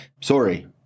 sorry